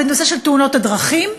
בנושא של תאונות הדרכים,